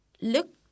Look